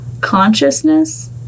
consciousness